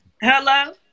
Hello